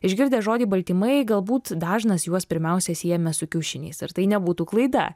išgirdę žodį baltymai galbūt dažnas juos pirmiausia siejame su kiaušiniais ir tai nebūtų klaida